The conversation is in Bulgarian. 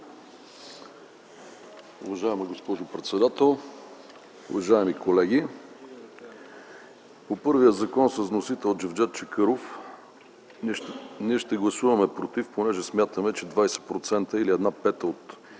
Уважаема госпожо председател, уважаеми колеги! По първия законопроект с вносител Джевдет Чакъров ние ще гласуваме „против”, понеже смятаме, че 20% или една пета от